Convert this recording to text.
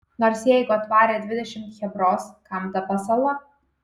nors jeigu atvarė dvidešimt chebros kam ta pasala